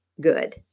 good